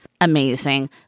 amazing